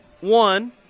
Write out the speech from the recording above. One